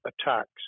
attacks